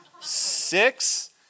six